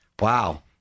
wow